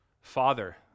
Father